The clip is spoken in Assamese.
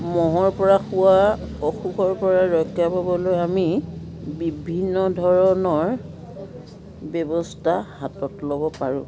মহৰ পৰা পোৱা অসুখৰ পৰা ৰক্ষা পাবলৈ আমি বিভিন্ন ধৰণৰ ব্যৱস্থা হাতত ল'ব পাৰোঁ